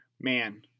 Man